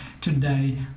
today